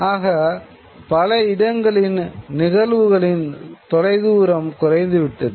ஆக பல இடங்களின் நிகழ்வுகளின் தொலைதூரம் குறைந்துவிட்டது